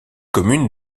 commune